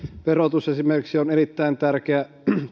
verotus on erittäin tärkeä